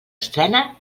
estrena